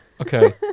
Okay